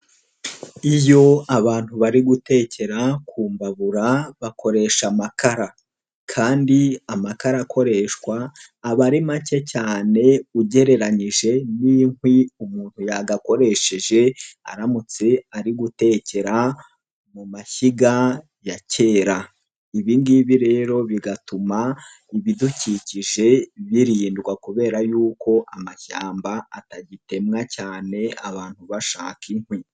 Iyo abantu bari gutekera ku mbabura bakoresha amakara kandi amakara akoreshwa aba ari make cyane ugereranyije n'inkwi umuntu yagakoresheje aramutse ari gutekera mu mashyiga ya kera, ibi ngibi rero bigatuma ibidukikije birindwa kubera yuko amashyamba atagitemwa cyane abantu bashaka inkwi.